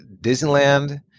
disneyland